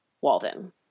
Walden